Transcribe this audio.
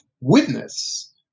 witness